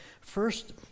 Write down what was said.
First